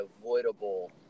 avoidable